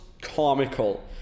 comical